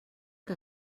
que